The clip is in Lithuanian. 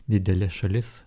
didelė šalis